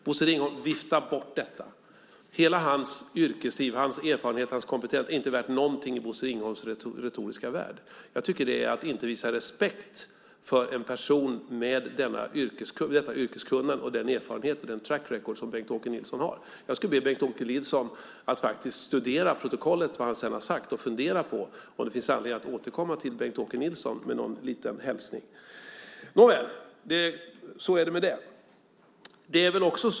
Bosse Ringholm viftar bort detta. Hela Bengt-Åke Nilssons yrkesliv, hans erfarenhet och hans kompetens är inte värt någonting i Bosse Ringholms retoriska värld. Jag tycker det är att inte visa respekt för en person med det yrkeskunnande, den erfarenhet och den track record som Bengt-Åke Nilsson har. Jag ska be Bengt-Åke Nilsson att faktiskt studera protokollet om vad han faktiskt har sagt och fundera på om det finns anledning att återkomma till Bengt-Åke Nilsson med någon liten hälsning. Nåväl, så är det med det.